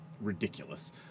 ridiculous